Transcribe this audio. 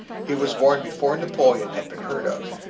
he was born before napoleon had been heard of.